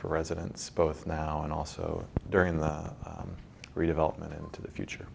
for residents both now and also during the redevelopment into the future